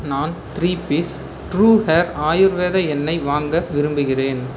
நான் three piece true hair Ayurveda எண்ணெய் வாங்க விரும்புகிறேன்